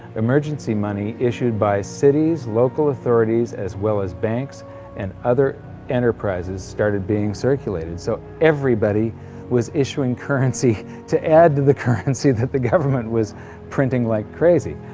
emergency money issued by cities, local authorities, as well as banks and other enterprises started being circulated so everybody was issuing currency to add to the currency that the government was printing like crazy!